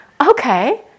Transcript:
okay